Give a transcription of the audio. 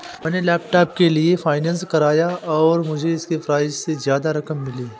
मैंने लैपटॉप के लिए फाइनेंस कराया और मुझे उसके प्राइज से ज्यादा रकम मिली